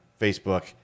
facebook